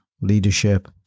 leadership